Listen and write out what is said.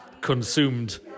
consumed